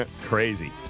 Crazy